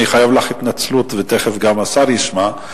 אני חייב לך התנצלות ותיכף גם השר ישמע.